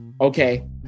Okay